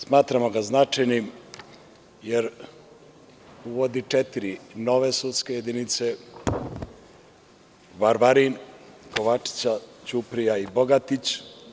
Smatramo ga značjanim jer uvodi četiri nove sudske jedinice – Varvarin, Kovačica, Ćuprija i Bogatić.